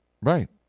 Right